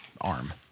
arm